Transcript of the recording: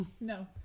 no